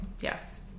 Yes